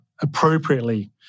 appropriately